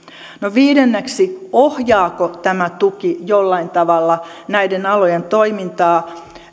viidenneksi ohjaako tämä tuki jollain tavalla näiden alojen toimintaa